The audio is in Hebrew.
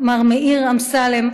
מר מאיר אמסלם,